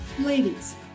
Ladies